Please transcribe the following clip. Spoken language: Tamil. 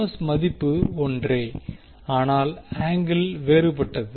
எஸ் மதிப்பு ஒன்றே ஆனால் ஆங்கிள் வேறுபட்டது